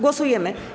Głosujemy.